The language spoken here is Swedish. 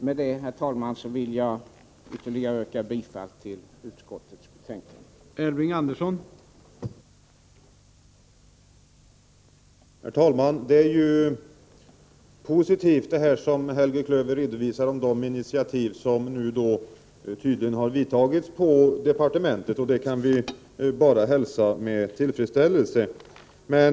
Med detta, herr talman, upprepar jag mitt yrkande om bifall till utskottets hemställan.